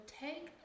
take